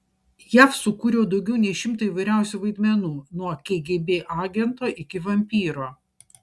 jav sukūriau daugiau nei šimtą įvairiausių vaidmenų nuo kgb agento iki vampyro